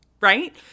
right